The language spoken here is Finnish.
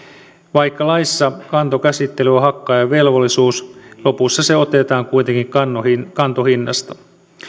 vaikka laissa kantokäsittely on hakkaajan velvollisuus lopussa se otetaan kuitenkin kantohinnasta